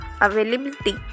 availability